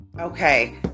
Okay